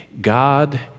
God